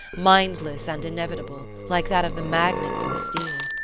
mindless and inevitable, like that of the magnet for the steel?